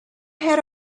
had